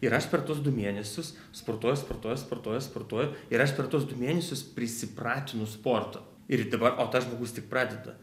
ir aš per tuos du mėnesius sportuoju sportuoju sportuoju sportuoju ir aš per tuos du mėnesius prisipratinu sportą ir dabar o tas žmogus tik pradeda